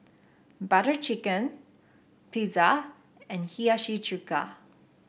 Butter Chicken Pizza and Hiyashi Chuka